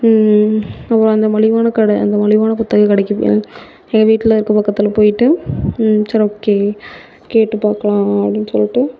அப்புறம் அந்த மலிவான கடை அந்த மலிவான புத்தக கடைக்கு போய் என் வீட்டில் இருக்கிற பக்கத்தில் போயிட்டு சரி ஓகே கேட்டு பார்க்கலாம் அப்படின்னு சொல்லிட்டு